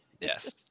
Yes